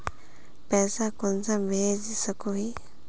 पैसा कुंसम भेज सकोही?